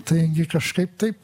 taigi kažkaip taip